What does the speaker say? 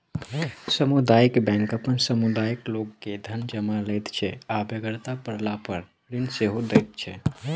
सामुदायिक बैंक अपन समुदायक लोक के धन जमा लैत छै आ बेगरता पड़लापर ऋण सेहो दैत छै